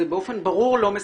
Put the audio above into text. באופן ברור זה לא מספק.